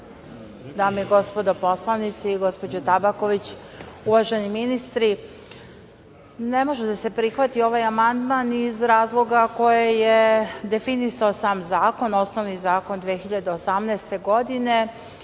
dame i gospodo poslanici, gospođo Tabaković, uvaženi ministri, ne može da se prihvati ovaj amandman iz razloga koje je definisao sam zakon, osnovni zakon iz 2018. godine.